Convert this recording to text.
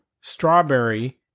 strawberry